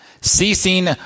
Ceasing